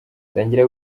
tangira